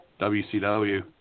WCW